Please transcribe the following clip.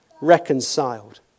reconciled